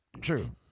True